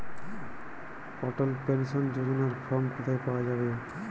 অটল pension যোজনার form কোথায় পাওয়া যাবে?